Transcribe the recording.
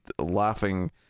laughing